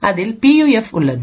அதில் பியூஎஃப் உள்ளது